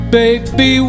baby